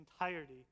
entirety